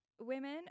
women